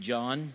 John